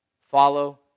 follow